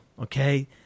okay